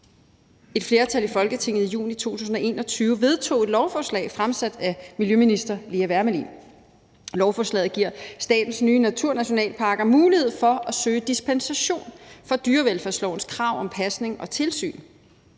Et flertal i Folketinget vedtog i juni 2021 et lovforslag fremsat af miljøminister Lea Wermelin, og lovforslaget giver statens nye naturnationalparker mulighed for at søge dispensation fra dyrevelfærdslovens krav om pasning og tilsyn.